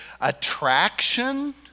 Attraction